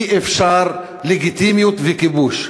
אי-אפשר לגיטימיות וכיבוש.